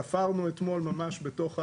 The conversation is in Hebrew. ספרנו אתמול ממש בתוך האתר,